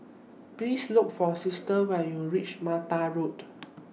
Please Look For Sister when YOU REACH Mata Road